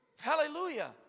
hallelujah